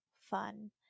fun